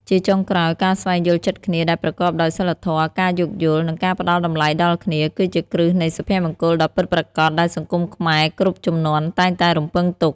ជាចុងក្រោយ ការស្វែងយល់ចិត្តគ្នាដែលប្រកបដោយសីលធម៌ ការយោគយល់ និងការផ្ដល់តម្លៃដល់គ្នា គឺជាគ្រឹះនៃសុភមង្គលដ៏ពិតប្រាកដដែលសង្គមខ្មែរគ្រប់ជំនាន់តែងតែរំពឹងទុក។